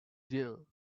jill